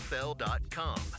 NFL.com